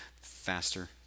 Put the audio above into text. faster